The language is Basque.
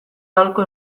aholku